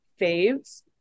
faves